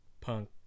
punk